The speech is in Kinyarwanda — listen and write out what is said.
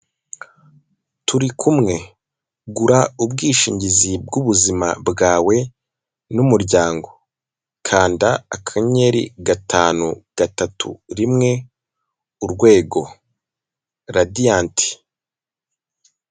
Turi kumwe! Gura ubwishingizi bw'ubuzima bwawe n'umuryango. Kanda akanyeri gatanu gatatu rimwe urwego, Radiant.